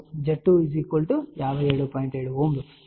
7 Ω ఇది ఇక్కడ ఉంది